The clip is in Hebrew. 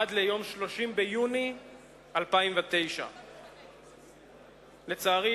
עד ליום 30 ביוני 2009. לצערי,